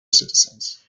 citizens